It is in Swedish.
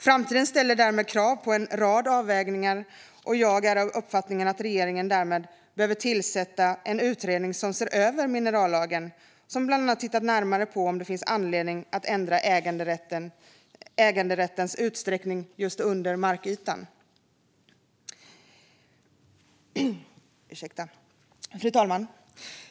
Framtiden ställer därmed krav på en rad avvägningar, och jag är av uppfattningen att regeringen därför behöver tillsätta en utredning som ser över minerallagen och bland annat tittar närmare på om det finns anledning att ändra äganderättens utsträckning under markytan. Fru talman!